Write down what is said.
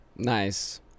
Nice